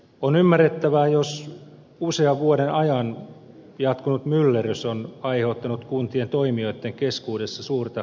on ymmärrettävää jos usean vuoden ajan jatkunut myllerrys on aiheuttanut kuntien toimijoitten keskuudessa suurta epävarmuutta